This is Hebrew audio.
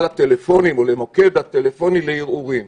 הטלפונים או למוקד הטלפוני לערעורים.